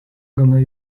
gana